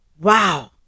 Wow